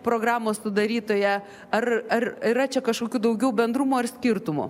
programos sudarytoja ar ar yra čia kažkokių daugiau bendrumų ir skirtumų